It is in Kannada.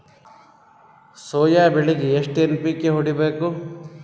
ಸೊಯಾ ಬೆಳಿಗಿ ಎಷ್ಟು ಎನ್.ಪಿ.ಕೆ ಹೊಡಿಬೇಕು?